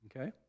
Okay